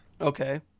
Okay